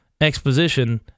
exposition